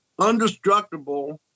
undestructible